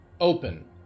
Open